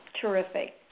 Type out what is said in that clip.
terrific